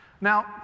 Now